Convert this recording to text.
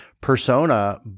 persona